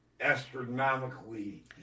astronomically